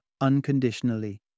unconditionally